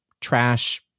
trash